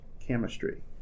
chemistry